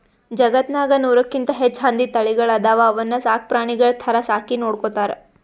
ಜಗತ್ತ್ನಾಗ್ ನೂರಕ್ಕಿಂತ್ ಹೆಚ್ಚ್ ಹಂದಿ ತಳಿಗಳ್ ಅದಾವ ಅವನ್ನ ಸಾಕ್ ಪ್ರಾಣಿಗಳ್ ಥರಾ ಸಾಕಿ ನೋಡ್ಕೊತಾರ್